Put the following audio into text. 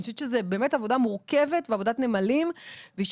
אני חושבת שזאת באמת עבודה מורכבת ועבודת נמלים ויישר